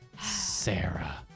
Sarah